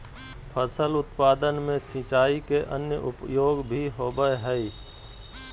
फसल उत्पादन में सिंचाई के अन्य उपयोग भी होबय हइ